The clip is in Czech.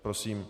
Prosím.